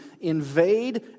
invade